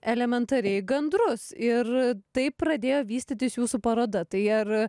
elementariai gandrus ir taip pradėjo vystytis jūsų paroda tai ar